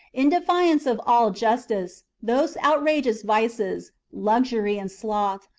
in defiance of all justice, those outrageous vices, luxury and sloth,